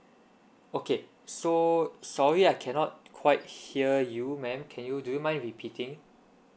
okay so sorry I cannot quite hear you ma'am can you do you mind repeating